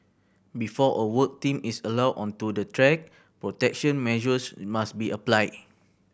before a work team is allowed onto the track protection measures must be applied